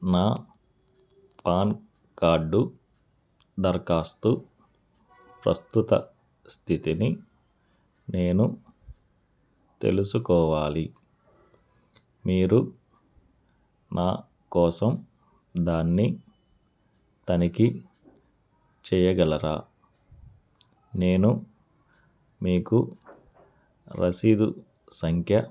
నా PAN card దరఖాస్తు ప్రస్తుత స్థితిని నేను తెలుసుకోవాలి మీరు నా కోసం దాన్ని తనిఖీ చెయ్యగలరా నేను మీకు రశీదు సంఖ్య